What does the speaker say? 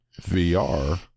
VR